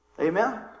Amen